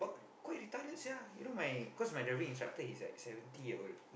quite retarded sia you know my cause my driving instructor he's like seventy year old